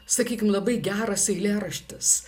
sakykim labai geras eilėraštis